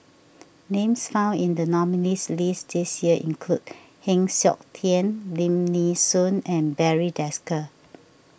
names found in the nominees' list this year include Heng Siok Tian Lim Nee Soon and Barry Desker